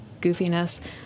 goofiness